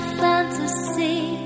fantasy